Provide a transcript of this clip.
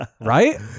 right